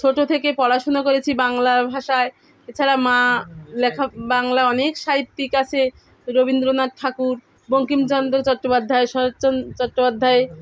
ছোটো থেকে পড়াশুনো করেছি বাংলা ভাষায় এছাড়া মা লেখা বাংলা অনেক সাহিত্যিক আছে রবীন্দ্রনাথ ঠাকুর বঙ্কিমচন্দ্র চট্টোপাধ্যায় শরৎচন্দ্র চট্টোপাধ্যায়